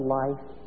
life